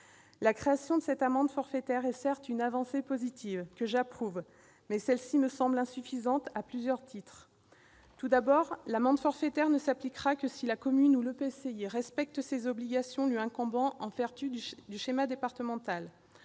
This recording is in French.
La création de cette amende forfaitaire est, certes, une avancée positive que j'approuve, mais celle-ci me semble insuffisante à plusieurs titres. Tout d'abord, l'amende forfaitaire ne s'appliquera que si la commune ou l'EPCI respecte les obligations lui incombant en vertu du schéma départemental.